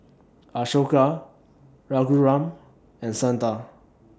Ashoka Raghuram and Santha